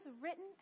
written